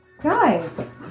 Guys